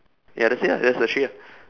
ya that's it ah that's the three lah